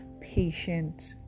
patient